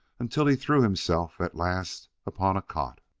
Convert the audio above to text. until he threw himself, at last, upon a cot.